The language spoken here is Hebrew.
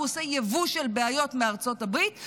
הוא עושה יבוא של בעיות מארצות הברית,